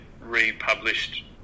republished